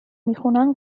میخونن